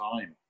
time